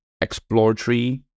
exploratory